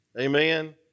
Amen